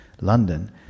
London